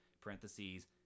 parentheses